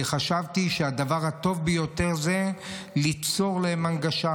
כי חשבתי שהדבר הטוב ביותר זה ליצור להם הנגשה.